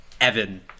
Evan